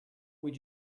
would